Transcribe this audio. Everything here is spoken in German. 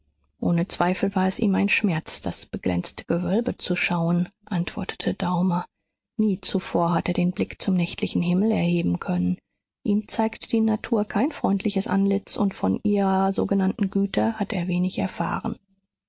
ohne zweifel war es ihm ein schmerz das beglänzte gewölbe zu schauen antwortete daumer nie zuvor hat er den blick zum nächtlichen himmel erheben können ihm zeigt die natur kein freundliches antlitz und von ihrer sogenannten güte hat er wenig erfahren